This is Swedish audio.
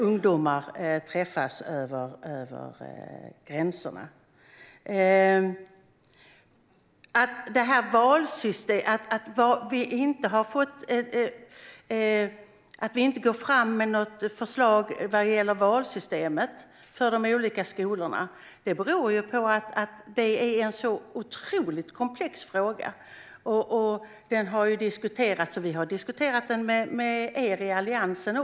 Ungdomar träffas över gränserna. Vi går inte fram med något förslag vad gäller valsystemet för de olika skolorna. Det beror på att det är en så otroligt komplex fråga. Den har diskuterats, och vi har också diskuterat den med er i Alliansen.